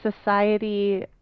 society